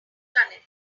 tunneling